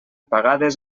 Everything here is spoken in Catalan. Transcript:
pagades